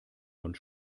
und